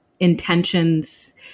Intentions